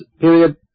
period